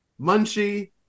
Munchie